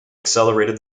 accelerated